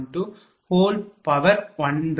u